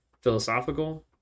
philosophical